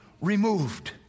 removed